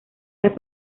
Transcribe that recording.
las